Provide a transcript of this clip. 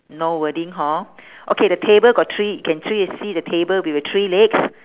no wording hor okay the table got three can three you see the table with the three legs